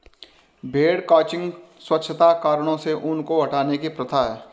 भेड़ क्रचिंग स्वच्छता कारणों से ऊन को हटाने की प्रथा है